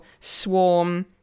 swarm